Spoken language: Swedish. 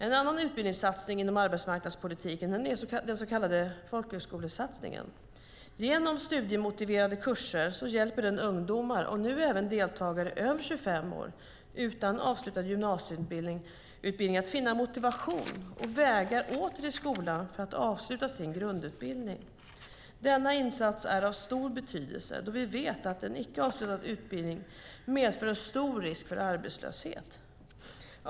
En annan utbildningssatsning inom arbetsmarknadspolitiken är den så kallade folkhögskolesatsningen. Genom studiemotiverande kurser hjälper den ungdomar, och nu även deltagare över 25 år, utan avslutad gymnasieutbildning att finna motivation och vägar åter till skolan för att avsluta sina grundutbildningar. Denna insats är av stor betydelse, då vi vet att en icke avslutad utbildning medför en stor risk för arbetslöshet.